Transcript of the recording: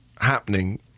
happening